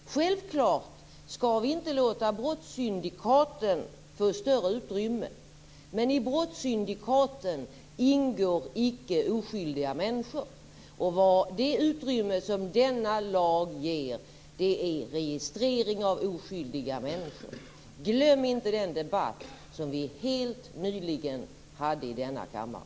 Självfallet skall vi inte låta brottssyndikaten får större utrymme, men i brottssyndikaten ingår icke oskyldiga människor. Denna lag ger utrymme för registrering av oskyldiga människor. Glöm inte den debatt som vi hade helt nyligen i denna kammare!